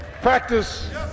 Practice